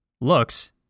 Looks